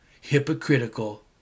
hypocritical